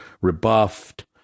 rebuffed